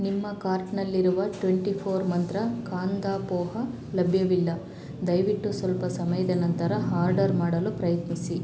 ನಿಮ್ಮ ಕಾರ್ಟ್ನಲ್ಲಿರುವ twenty four Mantra kanda poha ಲಭ್ಯವಿಲ್ಲ ದಯವಿಟ್ಟು ಸ್ವಲ್ಪ ಸಮಯದ ನಂತರ ಹಾರ್ಡರ್ ಮಾಡಲು ಪ್ರಯತ್ನಿಸಿ